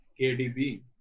KDB